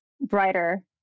brighter